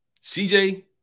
CJ